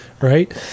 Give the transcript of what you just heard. right